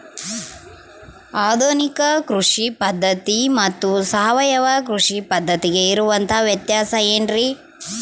ಆಧುನಿಕ ಕೃಷಿ ಪದ್ಧತಿ ಮತ್ತು ಸಾವಯವ ಕೃಷಿ ಪದ್ಧತಿಗೆ ಇರುವಂತಂಹ ವ್ಯತ್ಯಾಸ ಏನ್ರಿ?